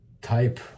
type